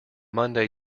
monday